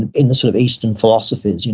and in the sort of eastern philosophies, you know